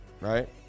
Right